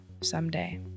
someday